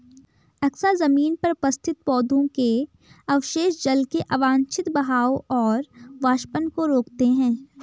अक्सर जमीन पर उपस्थित पौधों के अवशेष जल के अवांछित बहाव और वाष्पन को रोकते हैं